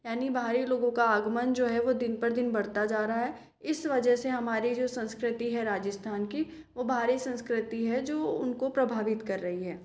यानी बाहरी लोगों का आगमन जो है वो दिन ब दिन बढ़ता जा रहा है इस वजह से हमारी जो संस्कृति है राजस्थान की वो बाहरी संस्कृति है जो उन को प्रभावित कर रही है